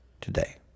today